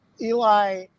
Eli